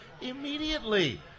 immediately